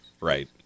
Right